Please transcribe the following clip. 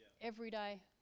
everyday